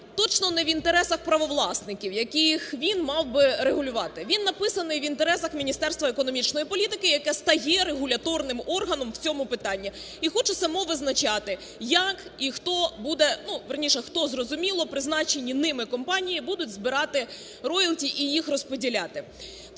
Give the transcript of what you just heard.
точно не в інтересах правовласників, яких він мав би регулювати. Він написаний в інтересах Міністерства економічної політики, яке стає регуляторним органом в цьому питанні. і хоче саме визначати, як і хто буде, вірніше, хто зрозуміло, призначені ними компанії, будуть збирати роялті і їх розподіляти.